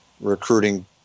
recruiting